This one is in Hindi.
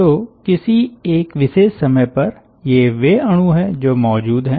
तो किसी एक विशेष समय पर ये वे अणु हैं जो मौजूद हैं